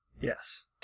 Yes